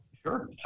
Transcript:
Sure